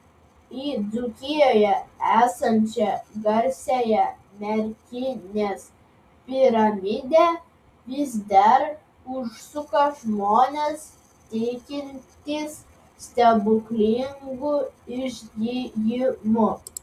į dzūkijoje esančią garsiąją merkinės piramidę vis dar užsuka žmonės tikintys stebuklingu išgijimu